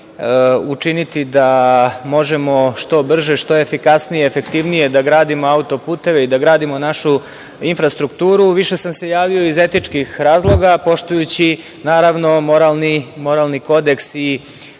učiniti da možemo što brže, što efikasnije, efektivnije da gradimo auto-puteve i da gradimo našu infrastrukturu, više sam se javio iz etičkih razloga, poštujući moralni kodeks i